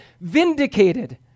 vindicated